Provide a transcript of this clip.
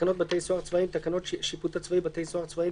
"תקנות בתי סוהר צבאיים" תקנות השיפוט הצבאי (בתי סוהר צבאיים),